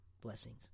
Blessings